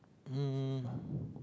um